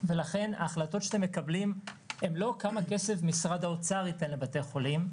ולכן ההחלטות שאתם מקבלים הן לא כמה כסף משרד האוצר ייתן לבתי החולים,